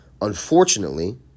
Unfortunately